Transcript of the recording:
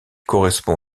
correspond